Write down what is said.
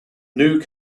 new